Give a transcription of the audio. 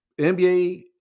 NBA